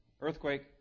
earthquake